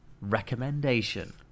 recommendation